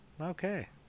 okay